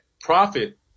profit